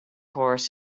horse